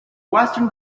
western